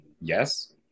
Yes